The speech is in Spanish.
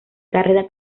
carrera